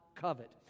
covet